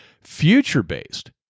future-based